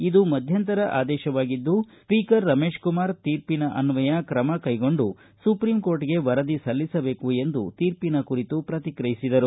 ಇದು ಮಧ್ಯಂತರ ಆದೇಶವಾಗಿದ್ದು ಸ್ವೀಕರ್ ರಮೇಶ್ಕುಮಾರ್ ತೀರ್ಪಿನ ಅನ್ವಯ ಕ್ರಮ ಕೈಗೊಂಡು ಸುಪ್ರೀಂಕೋರ್ಟ್ಗೆ ವರದಿ ಸಲ್ಲಿಸಬೇಕು ಎಂದು ತೀರ್ಪಿನ ಕುರಿತು ಪ್ರತಿಕ್ರಯಿಸಿದರು